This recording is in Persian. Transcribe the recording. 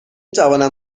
توانم